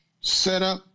setup